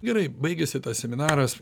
gerai baigėsi tas seminaras